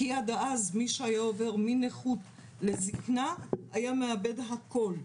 כי עד אז מי שהיה עובר מנכות לזקנה היה מאבד הכול.